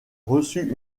reçut